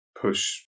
push